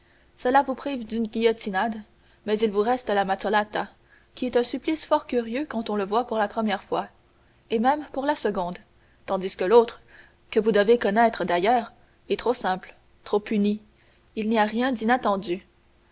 cela vous prive d'une guillotinade mais il vous reste la mazzolata qui est un supplice fort curieux quand on le voit pour la première fois et même pour la seconde tandis que l'autre que vous devez connaître d'ailleurs est trop simple trop uni il n'y a rien d'inattendu